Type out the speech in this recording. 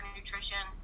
nutrition